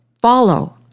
follow